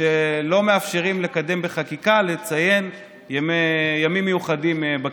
שלא מאפשרים לקדם בחקיקה ציון ימים מיוחדים בכנסת.